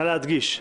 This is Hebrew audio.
נא להדגיש.